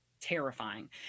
terrifying